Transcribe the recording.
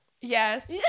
Yes